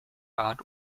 bad